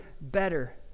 better